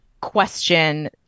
question